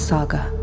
Saga